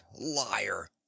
Liar